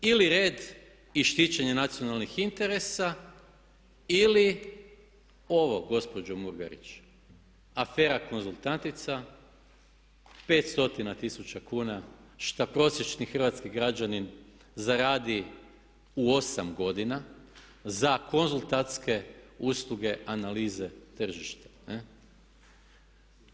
Ili red i štićenje nacionalnih interesa ili ovo gospođo Murganić, afera konzultantica 500 tisuća kuna, što prosječni hrvatski građanin zaradi u 8 godina za konzultantske usluge analize tržišta ne'